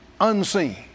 unseen